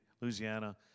Louisiana